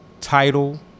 title